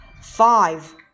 five